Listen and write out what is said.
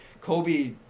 Kobe